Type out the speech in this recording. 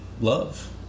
love